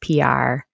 PR